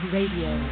Radio